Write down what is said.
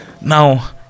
Now